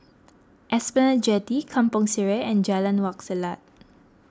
Esplanade Jetty Kampong Sireh and Jalan Wak Selat